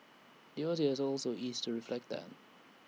the Aussie has also eased to reflect that